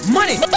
Money